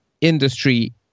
industry